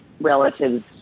relatives